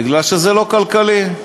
מפני שזה לא כלכלי.